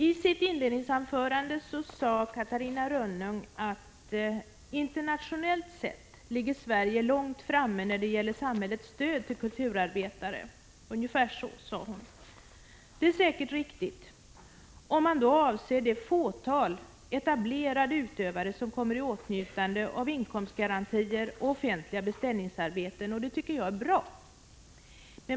I sitt huvudanförande sade Catarina Rönnung att Sverige ligger långt framme internationellt sett när det gäller samhällets stöd till kulturarbetare — ungefär så uttryckte hon sig. Det är säkert riktigt — om man med detta avser det fåtal etablerade utövare som, vilket jag tycker är bra, kommer i åtnjutande av inkomstgarantier och offentliga beställningsarbeten.